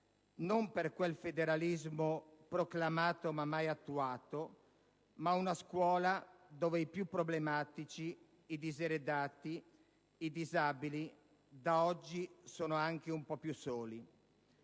non per quel federalismo proclamato ma mai attuato, ma una scuola dove i più problematici, i diseredati, i disabili da oggi sono anche un po' più soli.